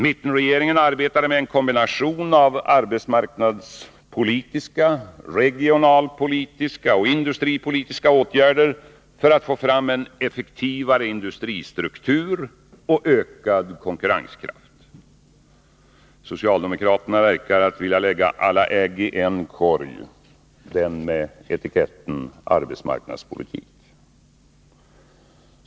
Mittenregeringen arbetade med en kombination av arbetsmarknadspolitiska, regionalpolitiska och industripolitiska åtgärder för att få fram en effektivare industristruktur och ökad konkurrenskraft. Socialdemokraterna verkar vilja lägga alla ägg i en korg — den med etiketten arbetsmarknadspolitik.